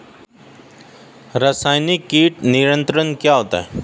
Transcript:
रसायनिक कीट नियंत्रण क्या होता है?